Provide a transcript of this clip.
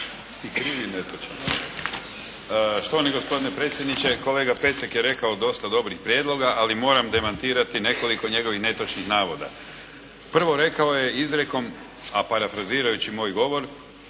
Andrija (HDZ)** Štovani gospodine predsjedniče, kolega Pecek je rekao dosta dobrih prijedloga ali moram demantirati nekoliko njegovih netočnih navoda. Prvo rekao je izrijekom a parafrazirajući moj govor: